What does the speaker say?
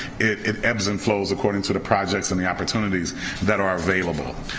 it it ebbs and flows according to the projects and the opportunities that are available.